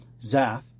Zath